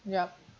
yup